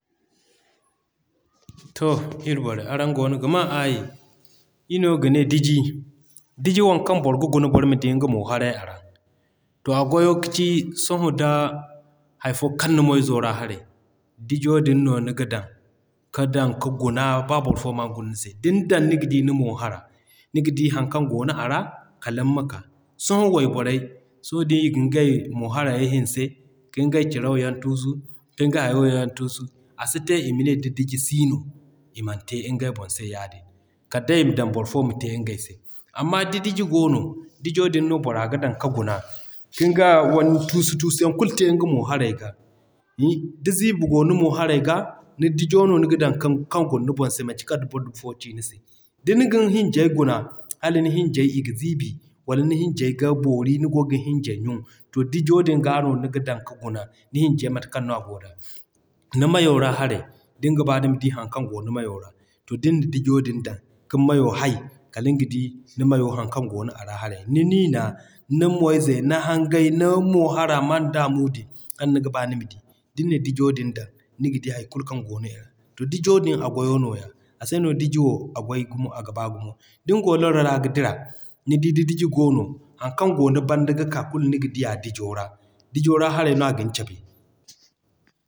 To iri borey araŋ goono ga maa aayi. Ir no gane Diji, Diji waŋ kaŋ boro ga guna boro ma di nga mo haray a ra. To a goyo kaci sohõ da hay fo kan ni moy zo ra haray, Dijo din no niga dan ka dan ka guna b'a boro fo man guna ni se. Din dan, niga di ni mo hara, niga di haŋ kaŋ goono a ra, kaliŋ ma ka. Sohõ wayborey, sohõ d'i ga ngey mo harayey hinse, kiŋ gay ciraw yaŋ tuusu, kiŋ gay hayo yaŋ tuusu, a si te ima ne da Diji siino, i man te ngey boŋ se yaadin. Kala day ima dan boro fo ma te ngey se. Amma da Diji goono, Dijo din no boro ga dan ka guna kin ga wani tuusu tuusu yaŋ kulu te nga mo haray ga. Da ziibi goo ni mo haray ga, ni Dijo no niga dan kaŋ guna ni boŋ se manci kala da boro fo ci ni se. Din gin Hinjey guna, hala ni hinjey iga ziibi, wala ni hinjey ga boori ni goo gin Hinjey ɲun, to Dijo din g'a no niga dan ka guna ni Hinjey mate kaŋ no a goo da. Ni mayo ra haray, din ga ba nima di haŋ kaŋ goo ni mayo ra, to din na Dijo din dan kin mayo hay, kaliŋ ga di ni mayo haŋ kaŋ goono a ra haray. Ni niina, ni moy zey, ni hangey, ni mo hara manda muudu kaŋ niga ba nima di, din na Dijo din dan, niga di hay kulu kaŋ goono i ra. To Dijo din, a goyo nooya. A se no Diji wo, a goy gumo, aga baa gumo. Din goo loro ra ga dira, nidi da Diji goono, haŋ kaŋ goo ni banda ga ka kulu niga diya Dijo ra, Dijo ra haray no a gin cabe.